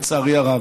לצערי הרב.